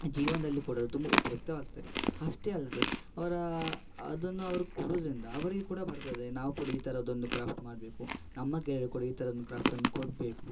ಜೀವನದಲ್ಲಿ ಕೂಡ ತುಂಬಾ ಉಪಯುಕ್ತವಾಗ್ತದೆ ಅಷ್ಟೇ ಅಲ್ಲದೇ ಅವರ ಅದನ್ನು ಅವರು ಕೊಡೋದ್ರಿಂದ ಅವರಿಗೆ ಕೂಡ ಬರ್ತದೆ ನಾವು ಕೂಡ ಈ ಥರದೊಂದು ಕ್ರಾಫ್ಟ್ ಮಾಡಬೇಕು ನಮ್ಮ ಗೆಳಯರು ಕೂಡ ಈ ಥರದೊಂದು ಕ್ರಾಫ್ಟನ್ನು ಕೊಡಬೇಕು